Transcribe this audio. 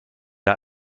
der